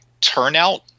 turnout